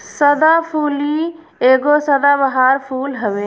सदाफुली एगो सदाबहार फूल हवे